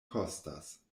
kostas